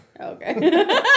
Okay